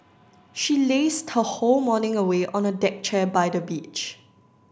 she lazed her whole morning away on a deck chair by the beach